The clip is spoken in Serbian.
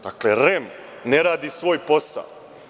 Dakle, REM ne radi svoj posao.